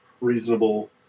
reasonable